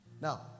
now